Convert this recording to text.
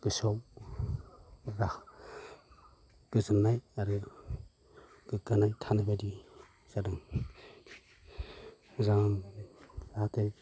गोसोआव एबा गोजोननाय आरो गोग्गानाय थानायबादि जादों मोजां बादै